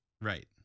right